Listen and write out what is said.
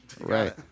right